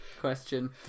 question